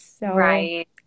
Right